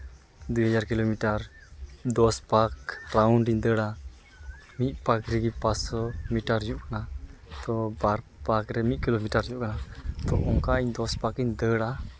ᱫᱩᱭ ᱦᱟᱡᱟᱨ ᱠᱤᱞᱳᱢᱤᱴᱟᱨ ᱫᱚᱥ ᱯᱟᱠ ᱨᱟᱣᱩᱱᱰᱤᱧ ᱫᱟᱹᱲᱟ ᱢᱤᱫ ᱯᱟᱠ ᱨᱮᱜᱮ ᱯᱟᱸᱥ ᱥᱚ ᱢᱤᱴᱟᱨ ᱦᱩᱭᱩᱜ ᱠᱟᱱᱟ ᱛᱚ ᱵᱟᱨ ᱯᱟᱠ ᱨᱮ ᱢᱤᱫ ᱠᱤᱞᱳᱢᱤᱴᱟᱨ ᱦᱩᱭᱩᱜ ᱠᱟᱱᱟ ᱛᱚ ᱚᱱᱠᱟ ᱤᱧ ᱫᱚᱥ ᱯᱟᱠᱤᱧ ᱫᱟᱹᱲᱟ